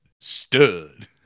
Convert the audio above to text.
stud